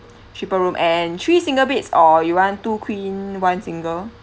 cheaper room and three single beds or you want two queen one single